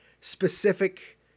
specific